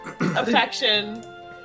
Affection